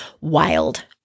Wild